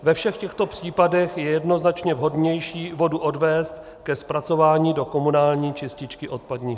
Ve všech těchto případech je jednoznačně vhodnější vodu odvést ke zpracování do komunální čističky odpadních vod.